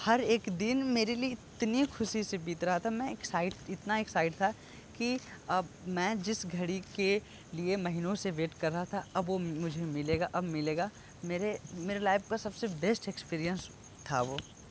हर एक दिन मेरे लिए इतनी खुशी से बीत रहा था मैं एक्साइट इतना एक्साइट था कि मैं जिस घड़ी के लिए महीनों से वेट कर रहा था अब वो मुझे मिलेगा अब मिलेगा मेरे मेरे लाइफ का सबसे बेस्ट एक्सपीरियंस था वो